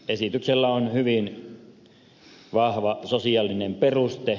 esityksellä on hyvin vahva sosiaalinen peruste